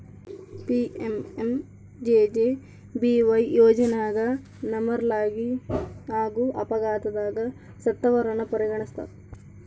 PMMJJBY ಯೋಜನೆಗ ನಾರ್ಮಲಾಗಿ ಹಾಗೂ ಅಪಘಾತದಗ ಸತ್ತವರನ್ನ ಪರಿಗಣಿಸ್ತಾರ